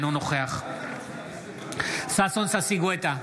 אינו נוכח ששון ששי גואטה,